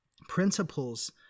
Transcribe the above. principles